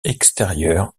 extérieure